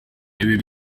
ibi